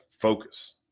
focus